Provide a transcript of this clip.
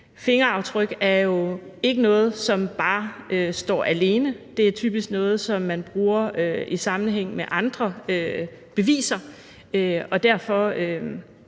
fingeraftryk er jo ikke noget, som bare står alene; det er typisk noget, som man bruger i sammenhæng med andre beviser. Derfor